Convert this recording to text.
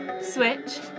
switch